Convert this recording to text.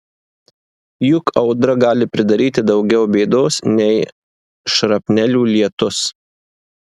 juk audra gali pridaryti daugiau bėdos nei šrapnelių lietus